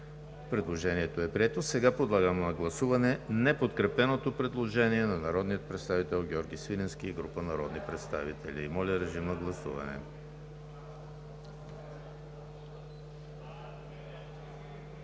Предложението е прието. Сега подлагам на гласуване неподкрепеното предложение на народния представител Георги Свиленски и група народни представители. Гласували